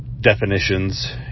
definitions